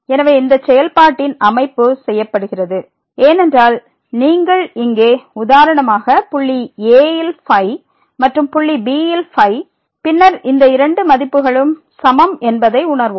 எனவே இந்த செயல்பாட்டின் அமைப்பு செய்யப்படுகிறது ஏனென்றால் நீங்கள் இங்கே உதாரணமாக புள்ளி a யில் φ மற்றும் புள்ளி b யில் φ பின்னர் இந்த இரண்டு மதிப்புகளும் சமம் என்பதை உணர்வோம்